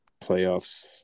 playoffs